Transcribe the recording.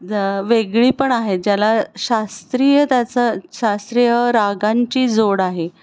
जर वेगळी पण आहे ज्याला शास्त्रीय त्याचा शास्त्रीय रागांची जोड आहे